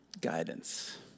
guidance